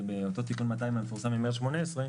באותו תיקון 200 המפורסם מ-2018,